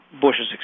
Bush's